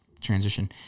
transition